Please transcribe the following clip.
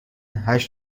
هشت